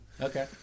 Okay